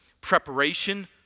preparation